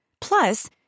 Plus